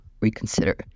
reconsider